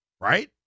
right